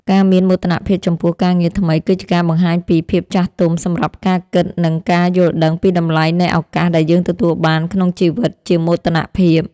ការមានមោទនភាពចំពោះការងារថ្មីគឺជាការបង្ហាញពីភាពចាស់ទុំសម្រាប់ការគិតនិងការយល់ដឹងពីតម្លៃនៃឱកាសដែលយើងទទួលបានក្នុងជីវិតជាមោទនភាព។